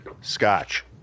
Scotch